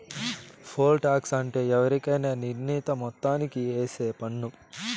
pole tax అంటే ఎవరికైనా నిర్ణీత మొత్తానికి ఏసే పన్ను